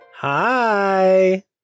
Hi